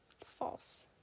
False